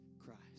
Christ